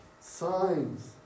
signs